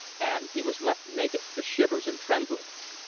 and he was left naked to shivers and tremblings.